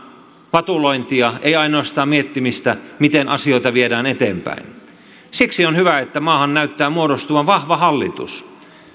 vatulointia ei ainoastaan miettimistä miten asioita viedään eteenpäin siksi on hyvä että maahan näyttää muodostuvan vahva hallitus